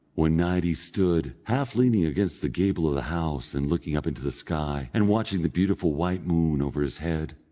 one night he stood, half leaning against the gable of the house, and looking up into the sky, and watching the beautiful white moon over his head.